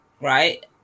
right